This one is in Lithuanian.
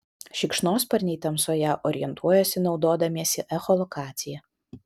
šikšnosparniai tamsoje orientuojasi naudodamiesi echolokacija